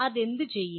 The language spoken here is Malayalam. അതെന്തു ചെയ്യും